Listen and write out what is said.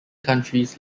countries